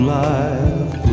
life